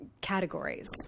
categories